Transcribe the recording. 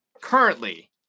Currently